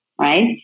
right